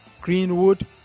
Greenwood